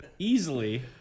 Easily